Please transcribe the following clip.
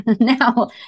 Now